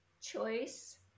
choice